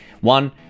one